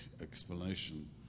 explanation